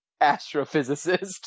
astrophysicist